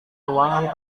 ruangan